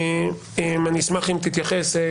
אני אשמח אם תתייחסו,